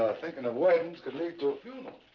thinking of weddings could lead to a funeral.